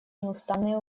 неустанные